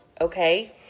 okay